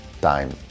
time